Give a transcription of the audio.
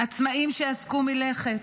עצמאיים עצרו מלכת,